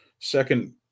second